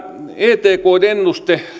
etkn ennuste